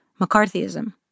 McCarthyism